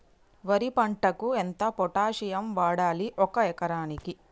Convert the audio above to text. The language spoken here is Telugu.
వరి పంటకు ఎంత పొటాషియం వాడాలి ఒక ఎకరానికి?